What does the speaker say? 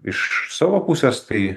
iš savo pusės tai